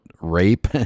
rape